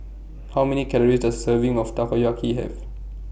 How Many Calories Does A Serving of Takoyaki Have